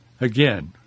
again